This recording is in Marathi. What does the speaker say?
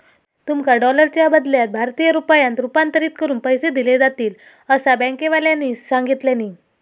तुमका डॉलरच्या बदल्यात भारतीय रुपयांत रूपांतरीत करून पैसे दिले जातील, असा बँकेवाल्यानी सांगितल्यानी